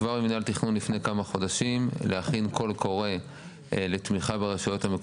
של אלפי יחידות דיור שמאחוריהן עומדים אלפי זוגות צעירים,